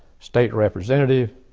state representative,